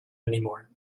anymore